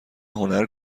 هنر